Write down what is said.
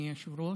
אדוני היושב-ראש,